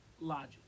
logic